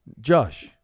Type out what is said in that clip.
Josh